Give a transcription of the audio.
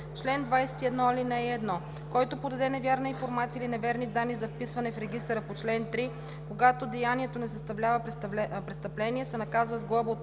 чл. 21: „Чл. 21. (1) Който подаде невярна информация или неверни данни за вписване в регистъра по чл. 3, когато деянието не съставлява престъпление, се наказва с глоба от